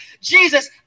Jesus